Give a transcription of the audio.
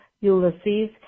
Ulysses